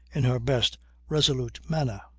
in her best resolute manner.